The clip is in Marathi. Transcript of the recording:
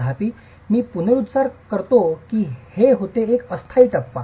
तथापि मी पुनरुच्चार करतो की हे होते एक अस्थायी टप्पा